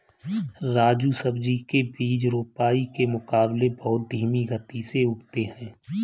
राजू सब्जी के बीज रोपाई के मुकाबले बहुत धीमी गति से उगते हैं